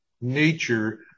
nature